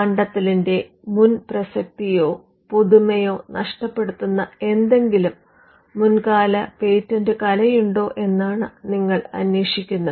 കണ്ടെത്തലിന്റെ പ്രസക്തിയോ പുതുമയോ നഷ്ടപെടുത്തുന്ന എന്തെങ്കിലും മുൻ കാല പേറ്റന്റ് കലയുണ്ടോ എന്നാണ് നിങ്ങൾ അന്വേഷിക്കുന്നത്